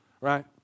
right